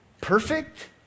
Perfect